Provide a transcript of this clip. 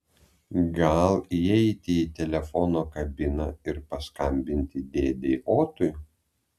gal įeiti į telefono kabiną ir paskambinti dėdei otui